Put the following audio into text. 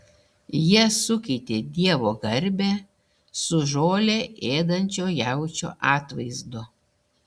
jie sukeitė dievo garbę su žolę ėdančio jaučio atvaizdu